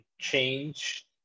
change